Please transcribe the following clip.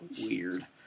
weird